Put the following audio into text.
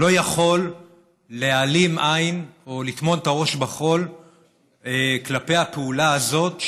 לא יכול להעלים עין או לטמון את הראש בחול כלפי הפעולה הזאת,